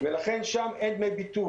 ולכן שם אין דמי ביטול.